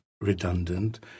redundant